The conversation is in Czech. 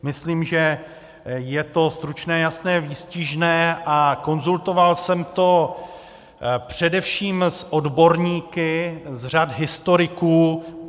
Myslím, že je to stručné, jasné, výstižné a konzultoval jsem to především s odborníky z řad historiků.